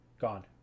gone